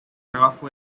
encontraba